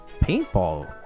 paintball